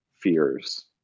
fears